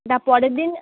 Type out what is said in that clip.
না পরের দিন